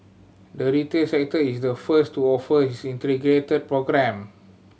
the retail sector is the first to offer his integrated programme